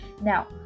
Now